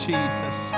Jesus